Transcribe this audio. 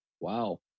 wow